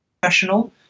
professional